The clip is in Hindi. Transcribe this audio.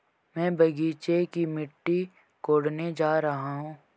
मैं बगीचे की मिट्टी कोडने जा रहा हूं